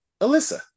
Alyssa